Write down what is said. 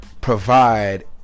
provide